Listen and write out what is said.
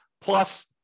plus